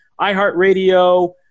iHeartRadio